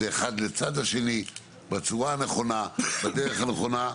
זה אחד לצד השני בצורה נכונה ובדרך הנכונה.